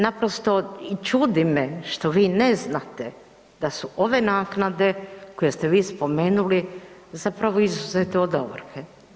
Naprosto, i čudi me što vi ne znate da su ove naknade koje ste vi spomenuli zapravo izuzete od ovrhe.